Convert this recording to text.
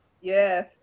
Yes